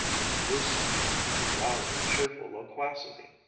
was loosened into loud and cheerful loquacity.